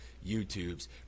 YouTube's